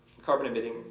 carbon-emitting